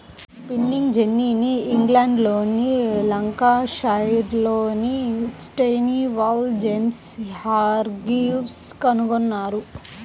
spinning జెన్నీని ఇంగ్లండ్లోని లంకాషైర్లోని స్టాన్హిల్ జేమ్స్ హార్గ్రీవ్స్ కనుగొన్నారు